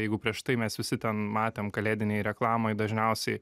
jeigu prieš tai mes visi ten matėm kalėdinėj reklamoj dažniausiai